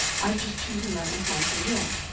i've just chosen that with my free will.